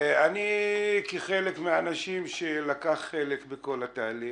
אני לקחתי חלק בכל תהליך.